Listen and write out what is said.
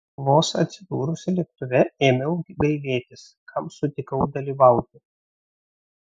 vos atsidūrusi lėktuve ėmiau gailėtis kam sutikau dalyvauti